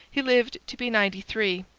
he lived to be ninety-three.